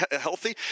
healthy